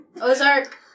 Ozark